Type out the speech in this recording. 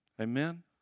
Amen